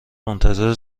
منتظر